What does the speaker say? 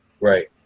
Right